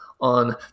on